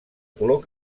color